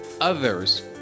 others